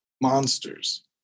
monsters